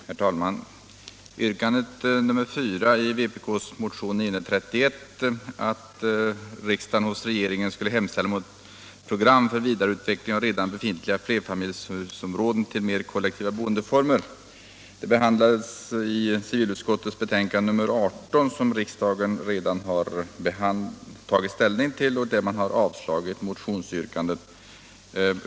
Herr talman! Yrkandet nr 4 i vpk:s motion nr 931, ”att riksdagen hos regeringen hemställer att ett program för vidareutveckling av redan befintliga flerfamiljshusområden till mer kollektiva boendeformer utarbetas”, behandlades i civilutskottets betänkande nr 18, som riksdagen redan har tagit ställning till — och avslagit motionsyrkandet.